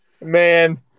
man